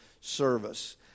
service